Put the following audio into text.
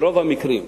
ברוב המקרים,